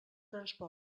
transport